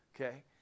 Okay